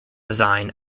design